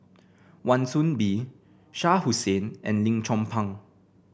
Wan Soon Bee Shah Hussain and Lim Chong Pang